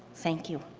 thank you.